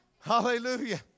Hallelujah